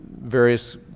various